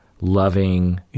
loving